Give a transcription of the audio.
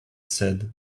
said